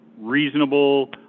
reasonable